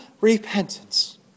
repentance